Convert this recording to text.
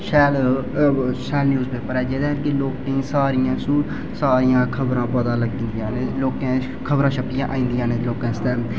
शैल शैल newspaper ऐ जेह्दे लोकें गी सारियां सारियां खबरां पता लग्गी जा ते लोकें च खबरां छपियै आई जंदियां लोकें आस्तै